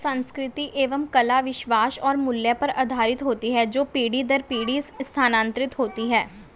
संस्कृति एवं कला विश्वास और मूल्य पर आधारित होती है जो पीढ़ी दर पीढ़ी स्थानांतरित होती हैं